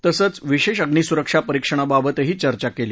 तसंच विशेष अग्निसुरक्षा परीक्षणाबाबत चर्चा ही केली